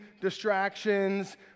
distractions